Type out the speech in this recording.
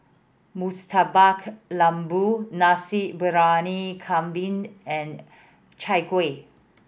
Murtabak Lembu Nasi Briyani Kambing and Chai Kueh